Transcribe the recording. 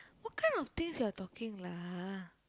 what kind of things you are talking lah